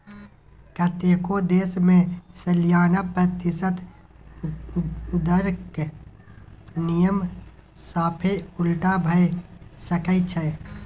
कतेको देश मे सलियाना प्रतिशत दरक नियम साफे उलटा भए सकै छै